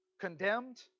condemned